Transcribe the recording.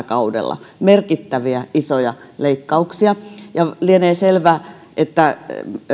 kaudella merkittäviä isoja leikkauksia ja lienee selvää että